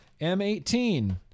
M18